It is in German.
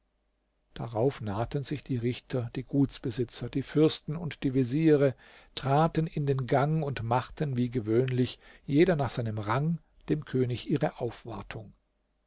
darauf nahten sich die richter die gutsbesitzer die fürsten und die veziere traten in den gang und machten wie gewöhnlich jeder nach seinem rang dem könig ihre aufwartung